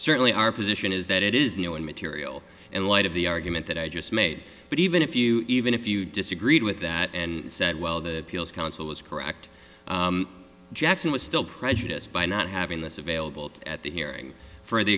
certainly our position is that it is no one material in light of the argument that i just made but even if you even if you disagreed with that and said well the council was correct jackson was still prejudiced by not having this available at the hearing for the